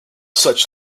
such